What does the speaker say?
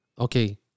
okay